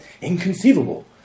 inconceivable